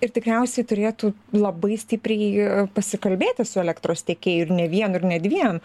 ir tikriausiai turėtų labai stipriai pasikalbėti su elektros tiekėju ir ne vienu ir ne dviem